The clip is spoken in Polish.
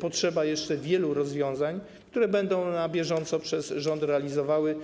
potrzeba jeszcze wielu rozwiązań, które będą na bieżąco przez rząd realizowane.